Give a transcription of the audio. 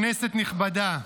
כנסת נכבדה,